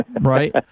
Right